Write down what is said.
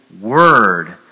word